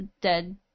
dead